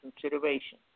consideration